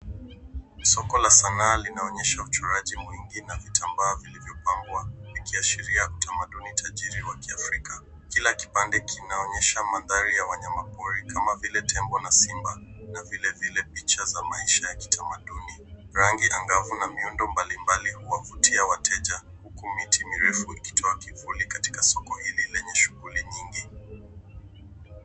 Soko la sanaa linaonyesha uchoraji mwingi na vitambaa vilivyopambwa vikiashiria utamadumi tajiri wa kiafrka. Kila kipande kinaonyesha mandhari ya wanyamapori kama vile tembo na simba na vilevile picha za kitamaduni. Rangi angavu na miundo mbalimbali huwavutia wateja huku miti mirefu ikitoa kivuli katika soko hili lenye shughuli nyingi.